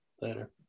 Later